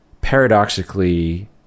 paradoxically